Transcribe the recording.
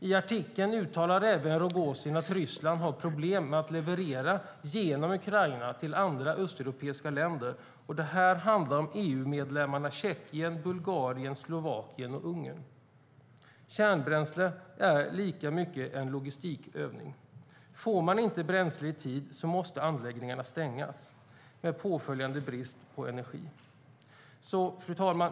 I artikeln uttalar Rogozin även att Ryssland har problem med att leverera genom Ukraina till andra östeuropeiska länder. Det handlar om EU-medlemmarna Tjeckien, Bulgarien, Slovakien och Ungern. Kärnbränsle är lika mycket en logistikövning. Får man inte bränsle i tid måste anläggningarna stängas, med påföljande brist på energi. Fru talman!